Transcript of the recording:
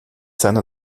seiner